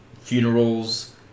funerals